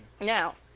Now